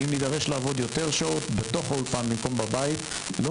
אם נדרש לעבוד יותר שעות בתוך האולפן במקום בבית לא